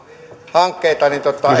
hankkeita